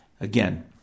Again